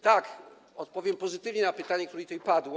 Tak, odpowiem pozytywnie na pytanie, który tutaj padło.